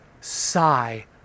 sigh